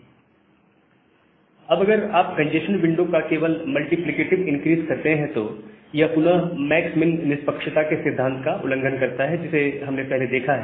Refer SlideTime 0958 अब अगर आप कंजेस्शन विंडो का केवल मल्टीप्लिकेटिव इनक्रीस करते हैं तो यह पुनः मैक्स मिन निष्पक्षता के सिद्धांत का उल्लंघन करता है जिसे हमने पहले देखा है